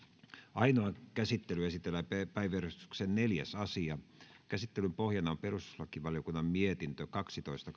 ainoaan käsittelyyn esitellään päiväjärjestyksen neljäs asia käsittelyn pohjana on perustuslakivaliokunnan mietintö kaksitoista